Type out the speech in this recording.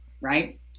right